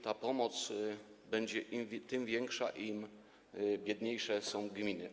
Ta pomoc będzie tym większa, im biedniejsze są gminy.